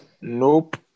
Nope